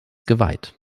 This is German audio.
geweiht